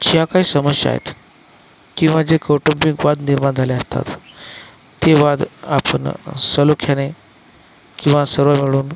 ज्या काही समस्या आहेत किंवा जे कौटुंबिक वाद निर्माण झाले असतात ते वाद आपण सलोख्याने किंवा सर्व मिळून